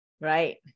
Right